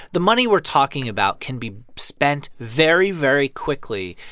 the money we're talking about can be spent very, very quickly.